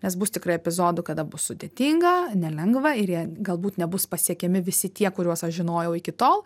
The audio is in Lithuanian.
nes bus tikrai epizodų kada bus sudėtinga nelengva ir jie galbūt nebus pasiekiami visi tie kuriuos aš žinojau iki tol